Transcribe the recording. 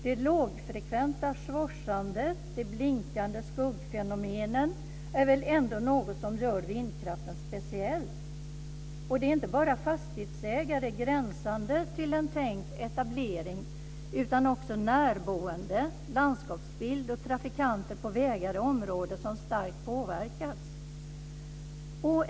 Det lågfrekventa svischandet och de blinkande skuggfenomenen är väl ändå något som gör vindkraften speciell? Det är inte bara ägare till fastigheter gränsande till en tänkt etablering utan också närboende, landskapsbild och trafikanter på vägar i området som starkt påverkas.